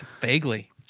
Vaguely